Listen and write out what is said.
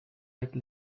like